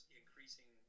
increasing